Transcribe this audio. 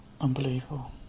Unbelievable